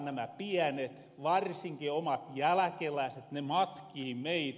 nämä piänet varsinkin omat jäläkelääset ne matkii meitä